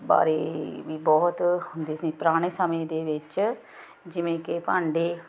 ਬਾਰੇ ਵੀ ਬਹੁਤ ਹੁੰਦੇ ਸੀ ਪੁਰਾਣੇ ਸਮੇਂ ਦੇ ਵਿੱਚ ਜਿਵੇਂ ਕਿ ਭਾਂਡੇ